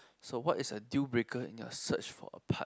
so what is a deal breaker in your search for a partner